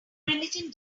religion